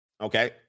Okay